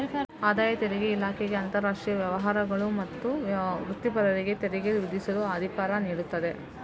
ಆದಾಯ ತೆರಿಗೆ ಇಲಾಖೆಗೆ ಅಂತರಾಷ್ಟ್ರೀಯ ವ್ಯವಹಾರಗಳು ಮತ್ತು ವೃತ್ತಿಪರರಿಗೆ ತೆರಿಗೆ ವಿಧಿಸಲು ಅಧಿಕಾರ ನೀಡುತ್ತದೆ